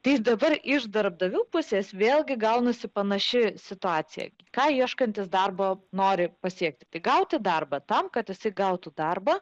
tai dabar iš darbdavių pusės vėlgi gaunasi panaši situacija ką ieškantis darbo nori pasiekti gauti darbą tam kad esi gautų darbą